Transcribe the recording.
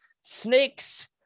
snakes